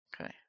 Okay